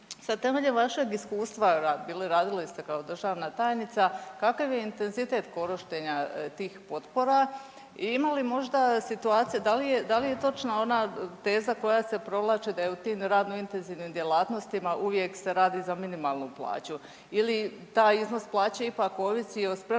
Sad temeljem vašeg iskustva bili, radili ste kao državna tajnica kakav je intenzitet korištenja tih potpora i ima li možda situacija, da li je točna ona teza koja se provlači da je u tim radno intenzivnim djelatnostima uvijek se radi za minimalnu plaću ili taj iznos plaće ipak ovisi i o